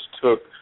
took